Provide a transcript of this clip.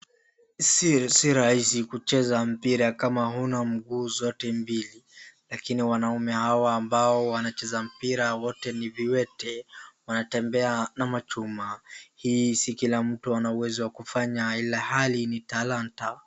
Si si rahisi kucheza mpira kama huna mguu zote mbili , lakini wanaume hawa ambao wanacheza mpira wote ni viwete , wanatembea na machuma. Hii si kila mtu ana uwezo wa kufanya ilhali ni talanta.